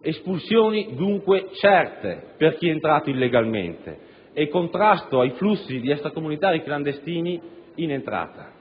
Espulsioni, dunque, certe per chi è entrato illegalmente e contrasto ai flussi di extracomunitari clandestini in entrata.